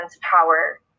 power